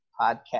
podcast